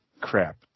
crap